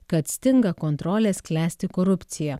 kad stinga kontrolės klesti korupcija